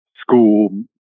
school